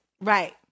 Right